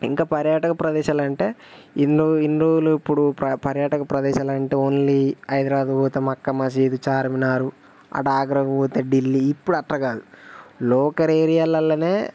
ఇంకా పర్యాటక ప్రదేశాలు అంటే ఇన్ను ఇన్నులు ఇప్పుడు పర్యాటక ప్రదేశాలు అంటే ఓన్లీ హైదరాబాద్ పోతాం మక్కా మసీదు ఛార్మినారు అటు ఆగ్రాకు పోతే ఢిల్లీ ఇప్పుడు అట్రా కాదు లోకర్ ఏరియాలల్లనే